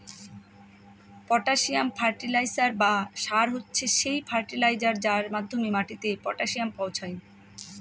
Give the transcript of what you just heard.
potassium fertiliser বা সার হচ্ছে সেই ফার্টিলাইজার যার মাধ্যমে মাটিতে পটাসিয়াম পৌঁছায়